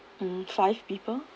mm five people